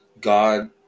God